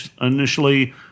initially